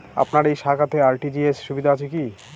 আপনার এই শাখাতে আর.টি.জি.এস সুবিধা আছে কি?